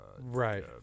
right